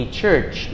church